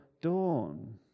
dawn